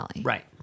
right